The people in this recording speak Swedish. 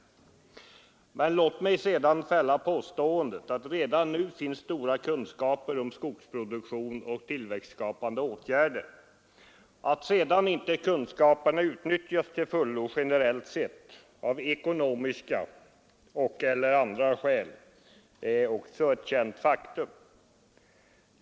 Men låt mig sedan fälla påståendet att det redan nu finns stora kunskaper om skogsproduktion och tillväxtskapande åtgärder. Att sedan kunskaperna inte utnyttjas till fullo, generellt sett, av ekonomiska eller andra skäl är oci ett känt faktum.